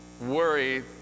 worry